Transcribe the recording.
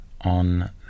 on